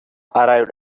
arrived